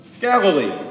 Galilee